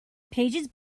pages